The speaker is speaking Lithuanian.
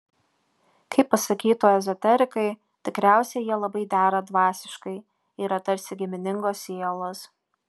kaip pasakytų ezoterikai tikriausiai jie labai dera dvasiškai yra tarsi giminingos sielos